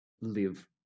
live